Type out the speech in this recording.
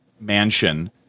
mansion